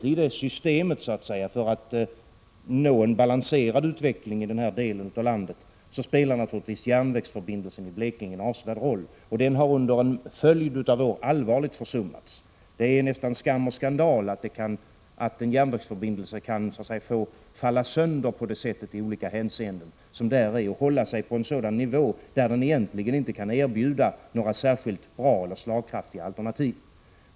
I arbetet för att åstadkomma en balanserad utveckling i sydöstra Sverige spelar naturligtvis järnvägsförbindelserna med Blekinge en avsevärd roll, men dessa har under en följd av år allvarligt försummats. Det är skam och skandal att järnvägsförbindelserna kan få vårdslösas så, att de inte längre erbjuder några slagkraftiga alternativ.